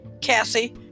Cassie